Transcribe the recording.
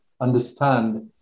understand